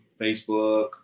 facebook